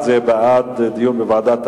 1. מה היא העילה לאיסוף המידע האישי אם אין חשד,